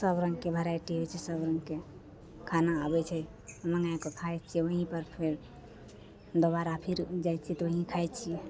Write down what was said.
सब रङ्गके वेराइटी होइ छै सब रङ्गके खाना आबै छै मँगैके खाइ छिए ओहिपर फेर दोबारा फेर जाइ छिए तऽ वएह खाइ छिए